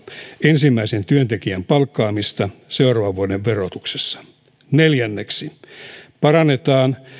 ensimmäisen työntekijän palkkaamista seuraavan vuoden verotuksessa neljä parannetaan